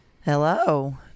Hello